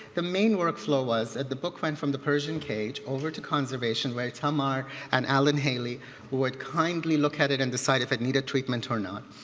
the main workflow was at the book from from the persian cage over to conservation where tamar and alan hailey would kindly look at it and decide if it needed treatment or not.